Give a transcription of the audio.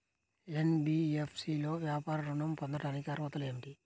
NBFC లో వ్యాపార ఋణం పొందటానికి అర్హతలు ఏమిటీ?